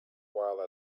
while